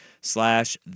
slash